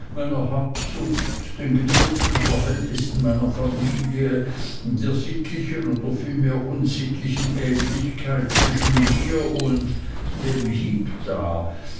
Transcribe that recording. meiner habsucht den gedrückten verhältnissen meiner familie der sittlichen oder vielmehr unsittlichen ähnlichkeit zwischen mir und dem heep da